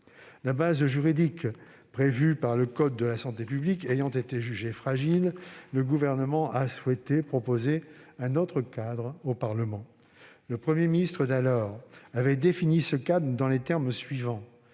La base juridique prévue dans le code de la santé publique ayant été jugée fragile, le Gouvernement a souhaité proposer un autre cadre au Parlement. Celui qui était alors le Premier ministre avait défini ce cadre dans les termes suivants